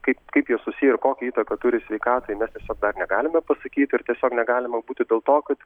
kaip kaip jie susiję ir kokią įtaką turi sveikatai mes tiesiog dar negalime pasakyti ir tiesiog negalima būti dėl to kad